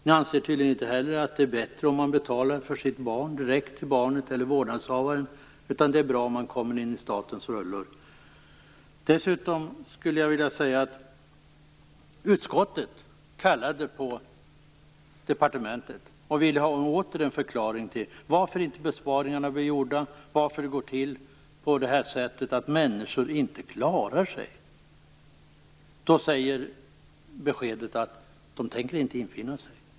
Ni anser tydligen inte heller att det är bättre att man betalar för sitt barn, direkt till barnet eller till vårdnadshavaren, utan att det är bra om man kommer in i statens rullor. Dessutom skulle jag vilja påpeka att utskottet kallade på departementet och ville ha en förklaring till att besparingarna inte blev gjorda och att detta gick till så att människor inte klarar sig. Då fick vi beskedet att man inte tänkte infinna sig.